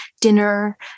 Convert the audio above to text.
dinner